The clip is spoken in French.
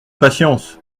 patience